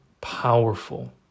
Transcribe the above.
powerful